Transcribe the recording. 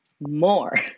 more